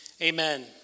amen